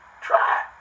try